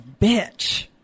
bitch